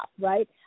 right